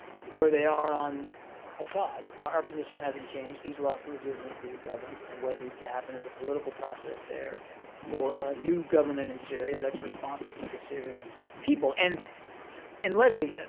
where they are on assad. our position hasn't changed. he's lost legitimacy to ah govern, and what needs to happen is a political process there for a new government in syria that's responsive to the syrian people. and and lesley,